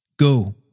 Go